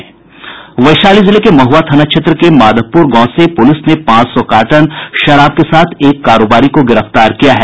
वैशाली जिले के महुआ थाना क्षेत्र के माधवपुर गांव से पुलिस ने पांच सौ कार्टन शराब के साथ एक कारोबारी को गिरफ्तार किया है